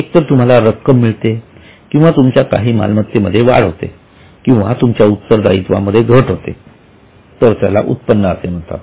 एक तर तुम्हाला रक्कम मिळते किंवा तुमच्या काही मालमत्तेमध्ये वाढ होते किंवा तुमच्या उत्तर्दयित्वा मध्ये घट होते तर त्याला उत्पन्न असे म्हणतात